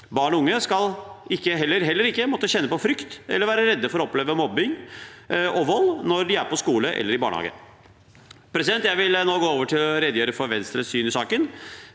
Barn og unge skal heller ikke måtte kjenne på frykt eller være redde for å oppleve mobbing og vold når de er på skolen eller i barnehagen. Jeg vil nå gå over til å redegjøre for Venstres syn i saken.